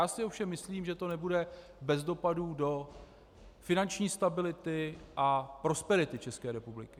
Já si ovšem myslím, že to nebude bez dopadů do finanční stability a prosperity České republiky.